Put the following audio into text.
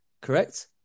correct